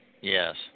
Yes